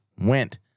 went